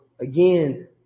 again